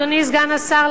אדוני סגן השר,